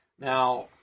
Now